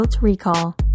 Recall